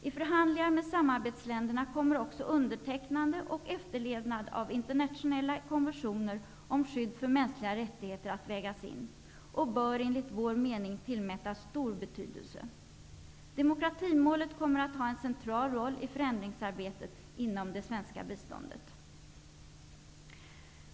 I förhandlingar med samarbetsländerna kommer också undertecknande och efterlevnad av internationella konventionen om skydd för mänskliga rättigheter att vägas in och bör enligt vår mening tillmätas stor betydelse. Demokratimålet kommer att ha en central roll i förändringsarbetet inom det svenska biståndet.